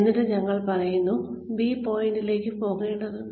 എന്നിട്ട് ഞങ്ങൾ പറയുന്നു ബി പോയിന്റിലേക്ക് പോകേണ്ടതുണ്ട്